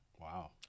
Wow